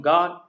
God